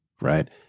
right